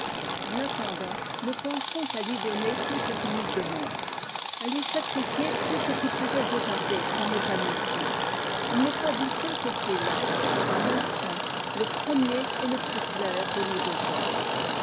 en attendant n pensons qu'à lui donner tout ce qu'il nous demande à lui sacrifier tout ce qui pourrait retarder son épanouissement il n'est pas douteux que ce ne soit là pour tinstant le premier et le plus clair de nos devoirs